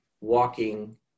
walking